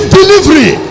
delivery